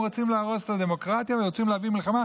הם רוצים להרוס את הדמוקרטיה ורוצים להביא מלחמה,